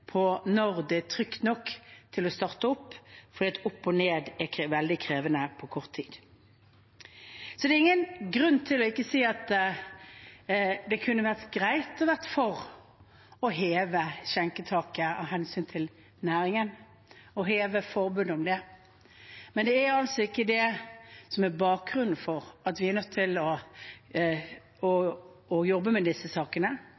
når det er trygt nok til å starte opp – for opp og ned er veldig krevende på kort tid. Det er ingen grunn til ikke å si at det kunne vært greit å være for å heve skjenketaket av hensyn til næringen og heve forbudet mot skjenking, men det er altså ikke det som er bakgrunnen for at vi er nødt til å jobbe med disse sakene.